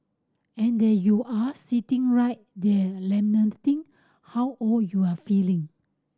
and there you are sitting right there lamenting how old you're feeling